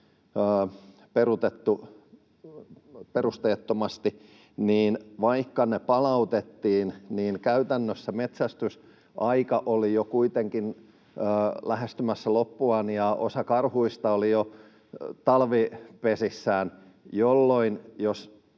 perusteettomasti, niin vaikka ne palautettiin, käytännössä metsästysaika oli jo kuitenkin lähestymässä loppuaan ja osa karhuista oli jo talvipesissään, ja jos